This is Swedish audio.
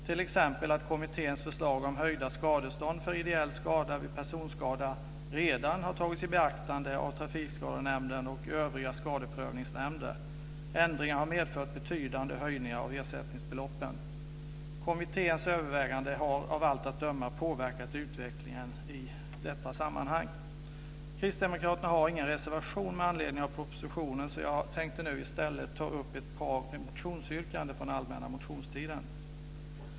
T.ex. har kommitténs förslag om höjda skadestånd för ideell skada vid personskada redan tagits i beaktande av Trafikskadenämnden och övriga skadeprövningsnämnder. Ändringen har medfört betydande höjningar av ersättningsbeloppen. Kommitténs överväganden har av allt att döma påverkat utvecklingen i detta sammanhang. Kristdemokraterna har ingen reservation med anledning av propositionen. Jag tänkte i stället ta upp ett par motionsyrkanden från allmänna motionstiden.